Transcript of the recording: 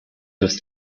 was